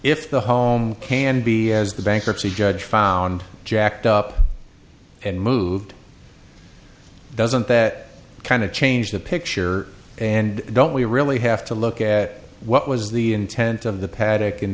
if the home can be as the bankruptcy judge found jacked up and moved doesn't that kind of change the picture and don't we really have to look at what was the intent of the